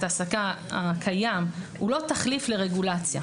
העסקה הקיים ולומר שהוא לא תחליף לרגולציה.